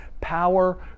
power